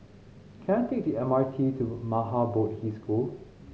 can I take the M R T to Maha Bodhi School